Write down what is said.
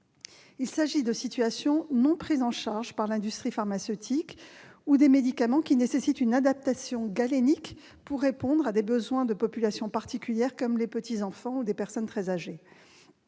Il s'agit de situations non prises en charge par l'industrie pharmaceutique ou de médicaments nécessitant une adaptation galénique pour répondre aux besoins de populations particulières, comme les enfants et les personnes âgées.